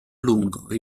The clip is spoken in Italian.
lungo